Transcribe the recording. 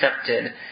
accepted